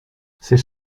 c’est